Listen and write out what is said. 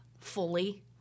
fully